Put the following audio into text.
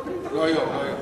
וגם רמלה